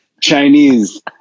chinese